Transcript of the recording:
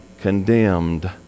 condemned